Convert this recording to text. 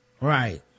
Right